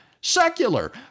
secular